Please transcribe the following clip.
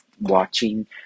watching